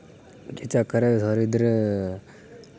चक्कर ऐ सर इद्धर